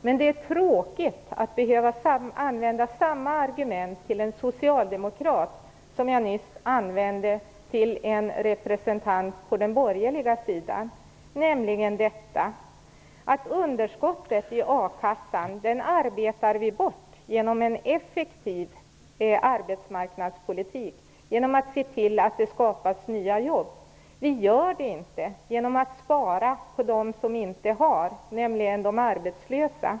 Men det är tråkigt att behöva använda samma argument till en socialdemokrat som jag nyss använde till en representant på den borgerliga sidan, nämligen att vi arbetar bort underskottet i a-kassan genom en effektiv arbetsmarknadspolitik, genom att se till att det skapas nya jobb. Vi gör det inte genom spara på dem som inte har något, nämligen de arbetslösa.